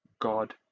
God